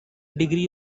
degree